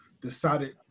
decided